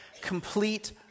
complete